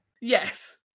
Yes